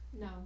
No